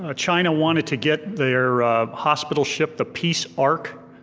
ah china wanted to get their hospital ship, the peace ark,